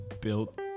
built